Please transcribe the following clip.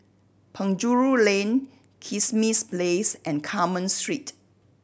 Penjuru Lane Kismis Place and Carmen Street